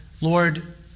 Lord